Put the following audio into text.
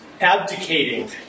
abdicating